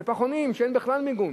בפחונים,